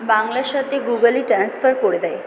বাংলার সাতে গুগলই ট্র্যান্সফার করে দেয়